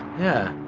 yeah,